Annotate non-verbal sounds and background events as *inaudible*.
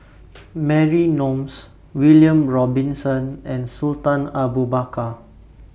*noise* Mary Gomes William Robinson and Sultan Abu Bakar